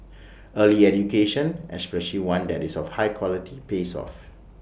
early education especially one that is of high quality pays off